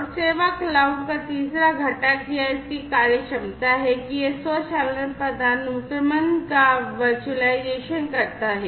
और सेवा क्लाउड का तीसरा घटक या इसकी कार्यक्षमता है कि यह स्वचालन पदानुक्रम का वर्चुअलाइजेशन करता है